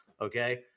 Okay